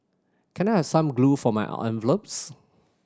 can I have some glue for my envelopes